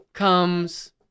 Comes